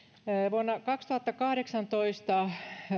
vuonna kaksituhattakahdeksantoista